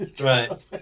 right